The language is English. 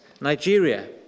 Nigeria